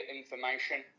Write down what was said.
information